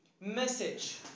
message